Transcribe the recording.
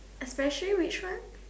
especially which one